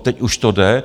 Teď už to jde.